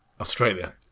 Australia